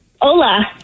Hola